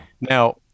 Now